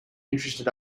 interested